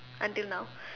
until now